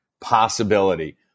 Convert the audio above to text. possibility